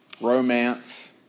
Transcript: romance